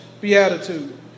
beatitude